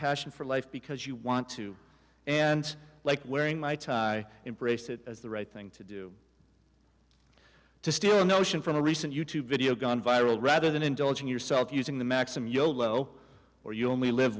passion for life because you want to and like wearing my tie in brace it is the right thing to do to steal a notion from a recent you tube video gone viral rather than indulging yourself using the maxim yolo or you only live